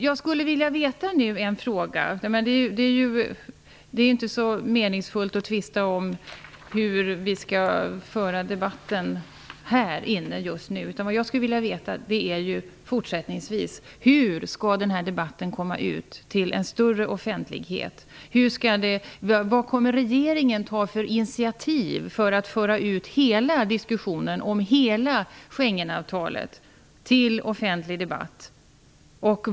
Jag skulle vilja veta en sak. Det är inte meningsfullt att tvista om hur vi skall föra debatten här just nu. Hur skall debatten fortsättningsvis föras ut till en större offentlighet? Vad kommer regeringen att ta för initiativ för att föra ut hela diskussionen om hela Schengenavtalet till offentlig debatt?